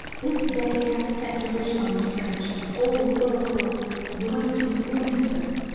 this day hath set derision on the french, and all the world will blurt and scorn at us.